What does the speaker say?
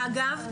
אגב,